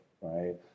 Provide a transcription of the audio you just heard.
right